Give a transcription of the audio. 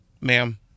ma'am